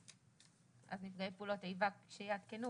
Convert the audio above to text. אז נפגעי פעולות איבה כשיעדכנו